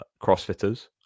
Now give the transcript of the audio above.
crossfitters